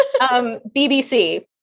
BBC